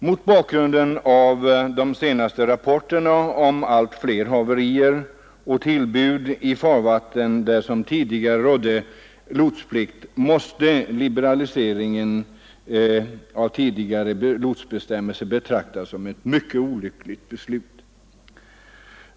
Mot bakgrunden av de senaste rapporterna om allt fler haverier och tillbud i farvatten, där det tidigare rådde lotsplikt, måste liberaliseringen av tidigare lotsbestämmelser betraktas som ett mycket olyckligt beslut.